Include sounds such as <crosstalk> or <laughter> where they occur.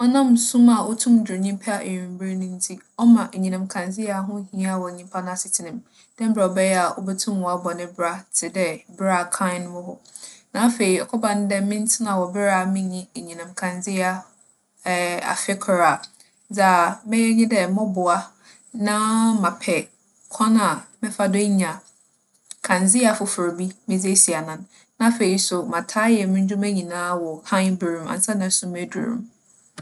ͻnam sum a otum dur nyimpa ewimber no ntsi, ͻma enyinam nkandzea ho hia wͻ nyimpa n'asetsena mu dɛ mbrɛ ͻbɛyɛ a obotum abͻ no bra tse dɛ ber a kan wͻ hͻ. Na afei, ͻkͻba no dɛ mentsena wͻ ber a minnyi enyinam nkandzea <hesitation> afe kor a, dza mɛyɛ nye dɛ mͻboa na mapɛ kwan a mɛfa do enya kandzea fofor bi medze esi anan. Na afei so, mataa ayɛ mo ndwuma nyina wͻ han ber mu ansaana sum edur me.